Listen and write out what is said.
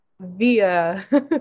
via